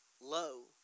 low